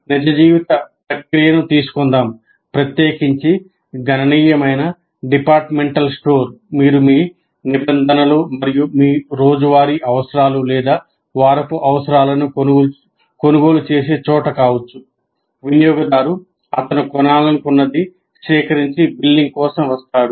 నిజ జీవిత ప్రక్రియను తీసుకుందాం ప్రత్యేకించి గణనీయమైన డిపార్ట్మెంటల్ స్టోర్ వినియోగదారు అతను కొనాలనుకున్నది సేకరించి బిల్లింగ్ కోసం వస్తాడు